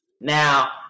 Now